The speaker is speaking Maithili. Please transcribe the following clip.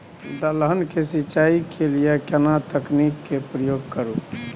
दलहन के सिंचाई के लिए केना तकनीक के प्रयोग करू?